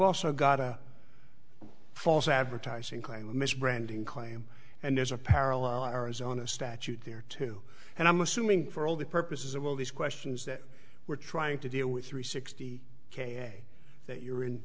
also got a false advertising claim misbranding claim and there's a parallel arizona statute there too and i'm assuming for all the purposes of all these questions that we're trying to deal with three sixty k that you're in